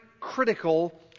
critical